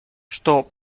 что